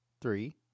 three